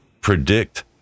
predict